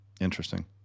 Interesting